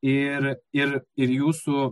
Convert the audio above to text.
ir ir ir jūsų